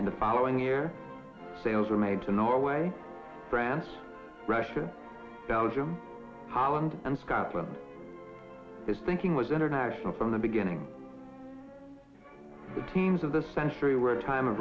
and the following year sales were made to norway france russia belgium holland and scotland his thinking was international from the beginning the teams of the century were time